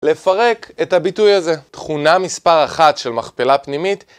לפרק את הביטוי הזה, תכונה מספר אחת של מכפלה פנימית